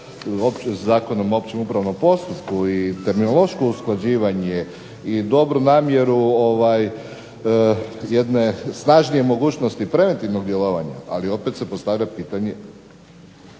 Zakonom o općem upravnom postupku i terminološko usklađivanje i dobru namjeru jedne snažnije mogućnosti preventivnog djelovanja ali opet se postavlja pitanje